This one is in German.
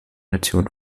nation